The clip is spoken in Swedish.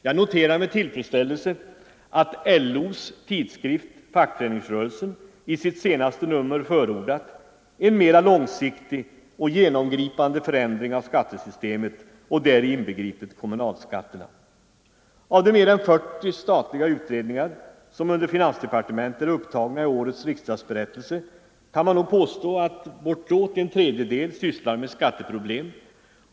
Jag noterar med tillfredsställelse att LO:s tidskrift Fackföreningsrörelsen i sitt senaste nummer förordat en mera långsiktig och genomgripande förändring av skattesystemet, inbegripet kommunalskatterna. Av de mer än 40 statliga utredningar som under finansdepartementet är upptagna i årets riksdagsberättelse kan man påstå att bortåt en tredjedel sysslar med skatteproblem.